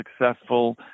successful